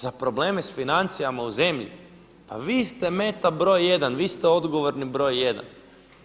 Za probleme sa financijama u zemlji pa vi ste meta br. 1., vi ste odgovorni br. 1.